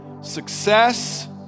Success